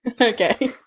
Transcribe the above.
Okay